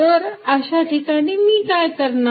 तर अशा ठिकाणी मी काय करणार